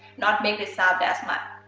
not make a sound as much.